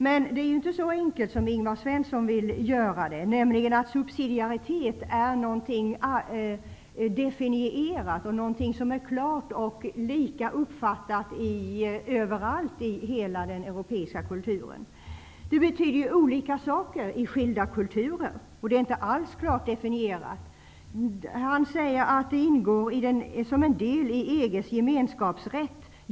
Det är emellertid inte så enkelt som Ingvar Svensson vill göra det, nämligen att subsidiaritet är någonting definierat och någonting som är klart och uppfattas på samma sätt överallt i hela den europeiska kulturen. Subsidiaritetsprincipen har olika betydelse i skilda kulturer, och begreppet är inte alls klart definierat. Ingvar Svensson säger att principen ingår som en del i EG:s gemenskapsrätt.